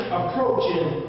approaching